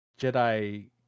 jedi